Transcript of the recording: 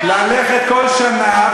ללכת כל שנה,